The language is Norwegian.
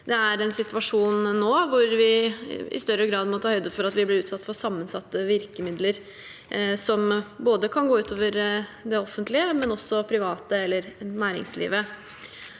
det er en situasjon nå hvor vi i større grad må ta høyde for at vi blir utsatt for sammensatte virkemidler som kan gå ut over det offentlige, men også private eller næringslivet.